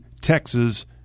Texas